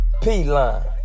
P-Line